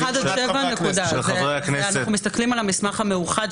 7-1. אנחנו מסתכלים על המסמך המאוחד,